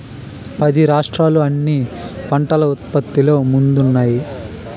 పది రాష్ట్రాలు అన్ని పంటల ఉత్పత్తిలో ముందున్నాయి